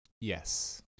Yes